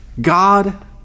God